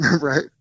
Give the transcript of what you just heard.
Right